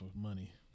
money